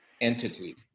entity